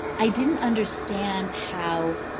i didn't understand how